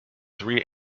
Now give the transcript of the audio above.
three